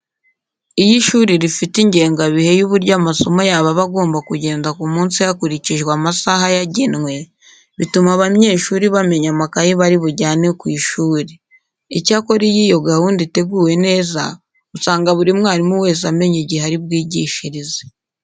Iyo ishuri rifite ingengabihe y'uburyo amasomo yabo aba agomba kugenda ku munsi hakurikijwe amasaha yagenwe, bituma abanyeshuri bamenya amakayi bari bujyane ku ishuri. Icyakora iyo iyi gahunda iteguye neza usanga buri mwarimu wese amenya igihe ari bwigishirize.